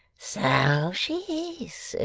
so she is,